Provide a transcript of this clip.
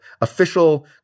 official